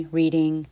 reading